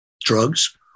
drugs